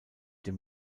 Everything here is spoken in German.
dem